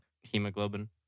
hemoglobin